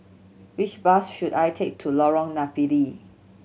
which bus should I take to Lorong Napiri